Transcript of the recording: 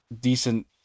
decent